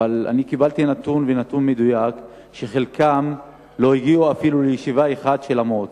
אני קיבלתי נתון מדויק שחלקם לא הגיעו אפילו לישיבה אחת של המועצה.